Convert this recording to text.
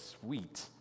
sweet